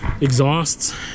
exhausts